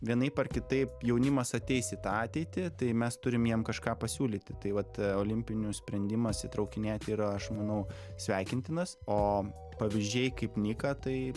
vienaip ar kitaip jaunimas ateis į tą ateitį tai mes turim jiem kažką pasiūlyti tai vat olimpinių sprendimas įtraukinėti ir aš manau sveikintinas o pavyzdžiai kaip niką tai